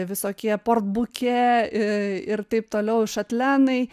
visokie port buke ir taip toliau šatlenai